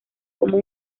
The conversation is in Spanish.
como